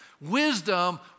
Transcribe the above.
Wisdom